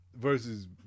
versus